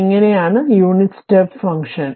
ഇങ്ങിനെ ആണ് ഒരു യൂണിറ്റ് സ്റ്റെപ്പ് ഫംഗ്ഷൻ